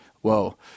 Whoa